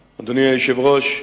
היושב-ראש,